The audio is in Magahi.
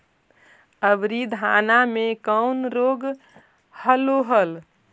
अबरि धाना मे कौन रोग हलो हल?